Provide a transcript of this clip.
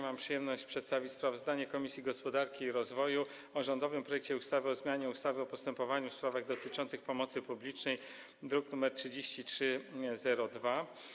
Mam przyjemność przedstawić sprawozdanie Komisji Gospodarki i Rozwoju o rządowym projekcie ustawy o zmianie ustawy o postępowaniu w sprawach dotyczących pomocy publicznej, druk nr 3302.